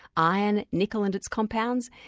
iron, nickel and its compounds,